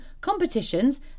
competitions